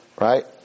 right